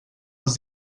els